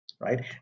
right